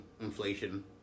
inflation